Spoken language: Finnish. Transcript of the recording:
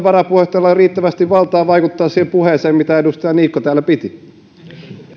varapuheenjohtajalla ole riittävästi valtaa vaikuttaa siihen puheeseen minkä edustaja niikko täällä piti